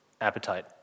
appetite